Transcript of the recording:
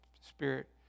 spirit